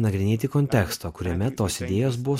nagrinėti konteksto kuriame tos idėjos buvo